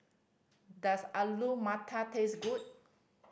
does Alu Matar taste good